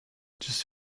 just